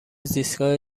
زیستگاه